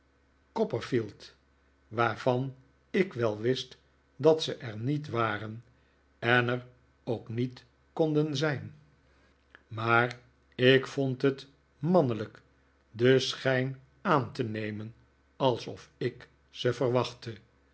waarvan ik wel wist dat ze er niet waren en er ook niet konden zijn maar david copperfield ik vond het mannelijk den schijn aan te nemen alsof ik ze verwachtte